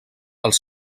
els